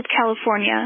California